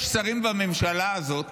יש שרים בממשלה הזאת